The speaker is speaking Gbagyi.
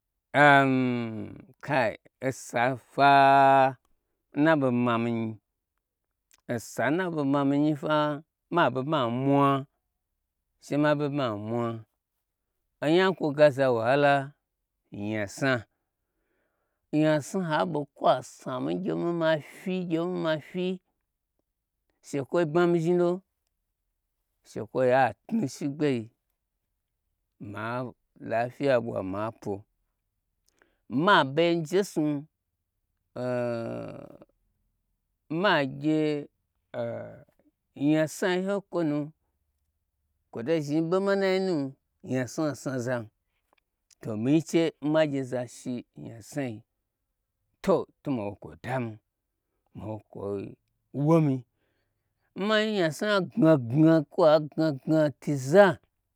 osa fwa nnaɓe mami nyi, osa nna ɓei mami nyi fwa maɓe ma mwa she maɓe ma mwa onya n kwogaza waha la nya sna, nyasna ho kwa ɓe kwa sna mi ngye mi mafyi shekwo bmami zhni lo shekwoyi a tnu n shi gbei malafifiya ɓwa ma pwo, maɓe njesnu magye nya sna ho kwonu kwoto zhni ɓo manai nu nija sna, sna zam to omi nyi che n ma gye zashi n yasnai, to to ma wo kwo damin mawo kwoi womi nma nnyabna gna gna kwa gnagna tuza